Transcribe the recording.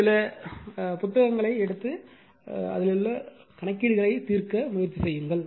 சில நல்ல புத்தகத்தை எடுத்து அதை தீர்க்க முயலுங்கள்